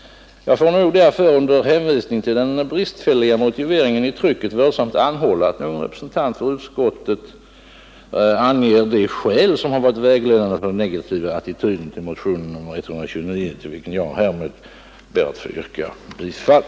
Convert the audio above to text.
Jag får nog därför — under hänvisning till den bristfälliga motiveringen i trycket — vördsamt anhålla att någon representant för utskottet anger de skäl som varit vägledande för den negativa attityden till motion nr 129, till vilken jag härmed ber att få yrka bifall.